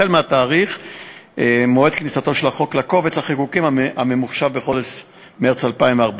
החל מתאריך מועד כניסתו של החוק לקובץ החיקוקים הממוחשב בחודש מרס 2014,